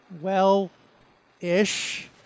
well-ish